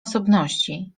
osobności